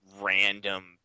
random